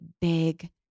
big